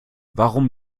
warum